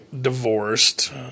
divorced